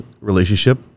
relationship